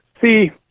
see